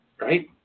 right